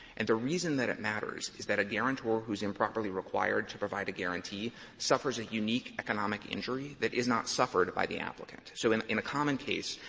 and the reason that it matters is that a guarantor who's improperly required to provide a guaranty suffers a unique economic injury that is not suffered by the applicant. so in in a common case,